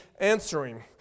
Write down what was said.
answering